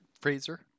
Fraser